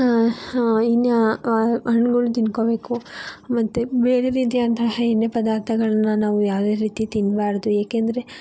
ಇನ್ನೂ ಹಣ್ಣುಗಳನ್ನ ತಿಂದ್ಕೋಬೇಕು ಮತ್ತೆ ಬೇರೆ ರೀತಿಯಾದಂತಹ ಎಣ್ಣೆ ಪದಾರ್ಥಗಳನ್ನ ನಾವು ಯಾವುದೇ ರೀತಿ ತಿನ್ನಬಾರದು ಏಕೆಂದರೆ